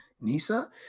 Nisa